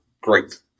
great